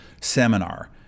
seminar